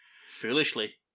Foolishly